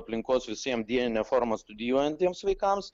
aplinkos visiem dienine forma studijuojantiems vaikams